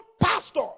pastor